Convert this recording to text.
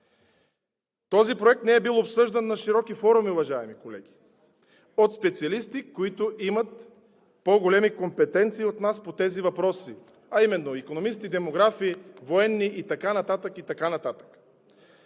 Този проект не е бил обсъждан на широки форуми, уважаеми колеги – от специалисти, които имат по-големи компетенции от нас по тези въпрос, а именно икономисти, демографи, военни и така нататък и така нататък.